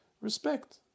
respect